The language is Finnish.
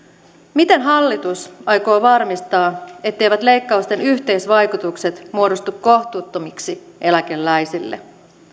miten hallitus aikoo varmistaa etteivät leikkausten yhteisvaikutukset muodostu kohtuuttomiksi eläkeläisille